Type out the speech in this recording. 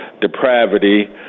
depravity